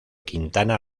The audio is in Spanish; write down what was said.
quintana